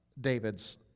David's